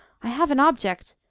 i have an object.